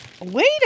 Wait